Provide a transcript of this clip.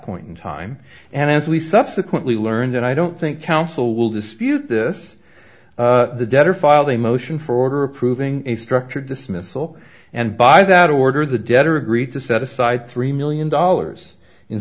point in time and as we subsequently learned and i don't think counsel will dispute this the debtor filed a motion for order approving a structured dismissal and by that order the debtor agreed to set aside three million dollars in